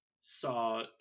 saw